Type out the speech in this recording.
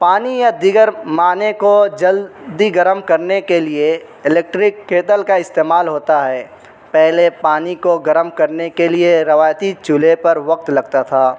پانی یا دیگر معنے کو جلدی گرم کرنے کے لیے الیکٹرک کیٹل کا استعمال ہوتا ہے پہلے پانی کو گرم کرنے کے لیے روایتی چولہے پر وقت لگتا تھا